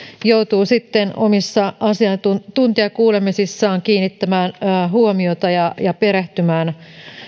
joutuu sitten omissa asiantuntijakuulemisissaan kiinnittämään huomiota ja ja perehtymään